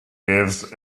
gives